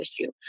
issue